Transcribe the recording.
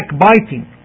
backbiting